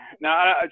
now